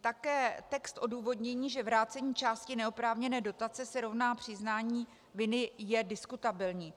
Také text odůvodnění, že vrácení části neoprávněné dotace se rovná přiznání viny, je diskutabilní.